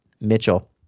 Mitchell